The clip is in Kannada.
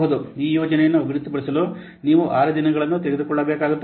ಈ ಯೋಜನೆಯನ್ನು ಅಭಿವೃದ್ಧಿಪಡಿಸಲು ನೀವು 6 ದಿನಗಳನ್ನು ತೆಗೆದುಕೊಳ್ಳಬೇಕಾಗುತ್ತದೆ